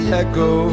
echo